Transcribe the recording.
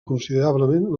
considerablement